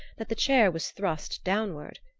that the chair was thrust downward.